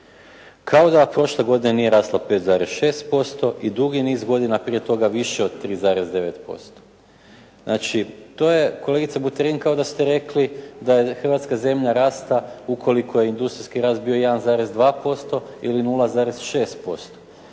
Kao da prošle godine nije rasla 5,6% i dugi niz godina prije toga više od 3,9%. Znači, to je kolegice Buterin kao da ste rekli da je Hrvatska zemlja rasta ukoliko industrijski rast bio 1,2% ili 0,6%.